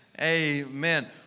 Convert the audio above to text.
Amen